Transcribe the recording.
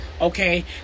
Okay